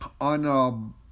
on